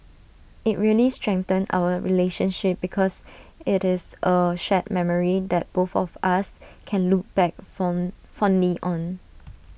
IT really strengthened our relationship because IT is A shared memory that both of us can look back fond fondly on